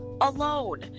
alone